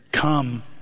Come